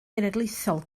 genedlaethol